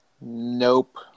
Nope